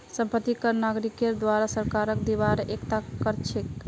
संपत्ति कर नागरिकेर द्वारे सरकारक दिबार एकता कर छिके